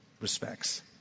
Respects